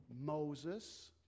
Moses